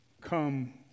Come